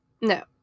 No